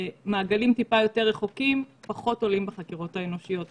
מעגלים טיפה יותר רחוקים פחות עולים בחקירות האנושיות.